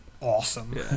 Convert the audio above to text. awesome